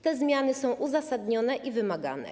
Te zmiany są uzasadnione i wymagane.